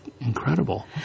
incredible